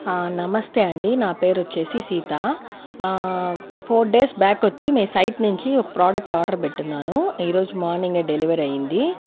ఆ నమస్తే అండి నా పేరు వచ్చేసి సీత ఆ ఫోర్ డేస్ బ్యాక్ వచ్చి మీ సైట్ నుంచి ఒక ప్రోడక్ట్ ఆర్డర్ పెట్టున్నాను ఈరోజు మార్నింగే డెలివరీ అయ్యింది